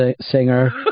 singer